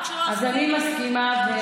אז אני מסכימה.